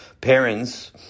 Parents